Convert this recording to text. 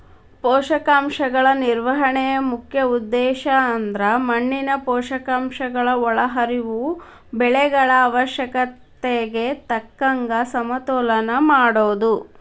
ಪೋಷಕಾಂಶಗಳ ನಿರ್ವಹಣೆಯ ಮುಖ್ಯ ಉದ್ದೇಶಅಂದ್ರ ಮಣ್ಣಿನ ಪೋಷಕಾಂಶಗಳ ಒಳಹರಿವು ಬೆಳೆಗಳ ಅವಶ್ಯಕತೆಗೆ ತಕ್ಕಂಗ ಸಮತೋಲನ ಮಾಡೋದು